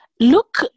Look